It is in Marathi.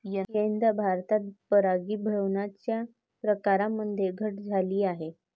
यंदा भारतात परागीभवनाच्या प्रकारांमध्ये घट झाली आहे